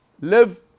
live